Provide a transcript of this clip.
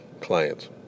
clients